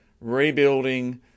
rebuilding